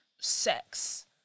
Sex